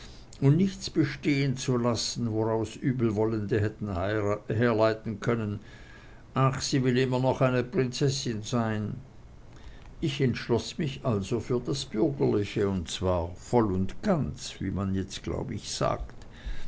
und nichts bestehen zu lassen woraus übelwollende hätten herleiten können ah sie will immer noch eine prinzessin sein ich entschloß mich also für das bürgerliche und zwar voll und ganz wie man jetzt glaub ich sagt